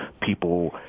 people